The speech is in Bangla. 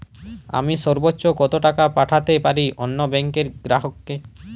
আমি সর্বোচ্চ কতো টাকা পাঠাতে পারি অন্য ব্যাংকের গ্রাহক কে?